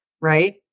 right